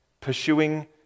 pursuing